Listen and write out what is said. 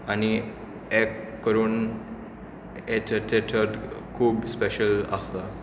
आनी हें करून खूब स्पेशल आसा